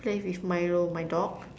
play with Milo my dog